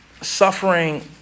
Suffering